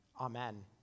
amen